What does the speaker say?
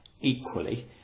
equally